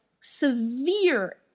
severe